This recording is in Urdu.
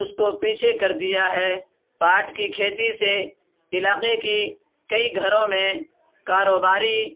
اس کو پیچھے کر دیا ہے پاٹ کی کھیتی سے علاقے کی کئی گھروں میں کاروباری